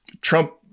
Trump